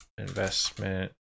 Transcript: Investment